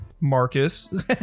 Marcus